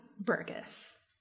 Burgess